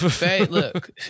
Look